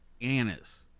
anise